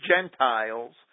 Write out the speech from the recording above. Gentiles